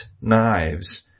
knives